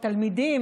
תלמידים.